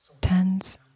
Tens